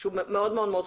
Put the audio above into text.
והוא מאוד מאוד חשוב.